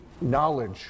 knowledge